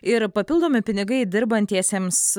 ir papildomi pinigai dirbantiesiems